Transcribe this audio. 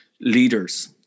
leaders